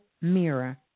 mirror